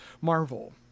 marvel